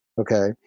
Okay